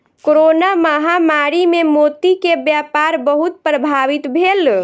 corona महामारी मे मोती के व्यापार बहुत प्रभावित भेल